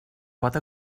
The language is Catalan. pot